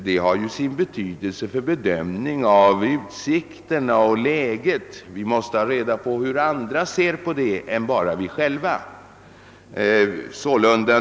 Dessa uttalanden har ju betydelse för bedömningen av utsikterna och läget — vi måste ha reda på hur även andra ser härpå.